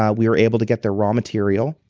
ah we were able to get their raw material.